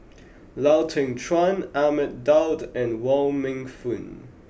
Lau Teng Chuan Ahmad Daud and Wong Meng Voon